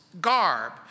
garb